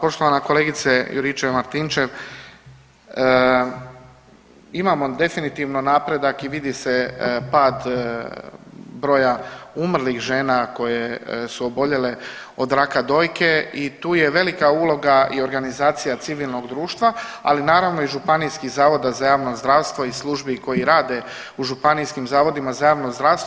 Poštovana kolegice Juričev-Martinčev imamo definitivno napredak i vidi se pad broja umrlih žena koje su oboljele od raka dojke i tu je velika uloga i organizacija civilnog društva, ali naravno i županijskih Zavoda za javno zdravstvo i službi koji rade u županijskim zavodima za javno zdravstvo.